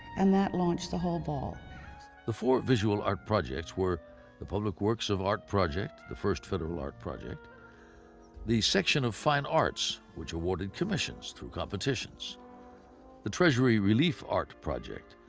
and that launched the whole ball. osgood the four visual art projects were the public works of art project, the first federal art project the section of fine arts, which awarded commissions through competitions the treasury relief art project,